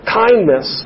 kindness